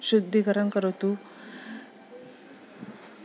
शुद्धिकरं करोतु